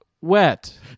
wet